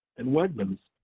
and wegmans.